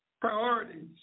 priorities